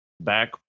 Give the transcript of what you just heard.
back